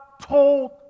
told